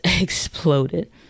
exploded